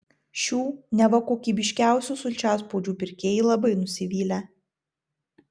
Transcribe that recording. šių neva kokybiškiausių sulčiaspaudžių pirkėjai labai nusivylę